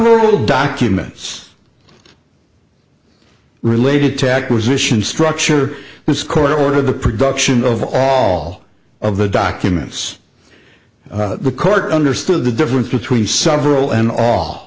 e documents related to acquisition structure this court ordered the production of all of the documents the court understood the difference between several and